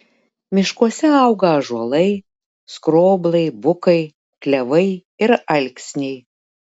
miškuose auga ąžuolai skroblai bukai klevai ir alksniai